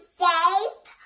safe